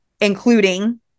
including